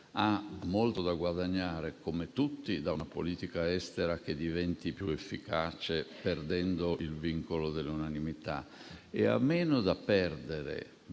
ha molto da guadagnare, come tutti, da una politica estera che diventi più efficace, perdendo il vincolo dell'unanimità, e ha meno da perdere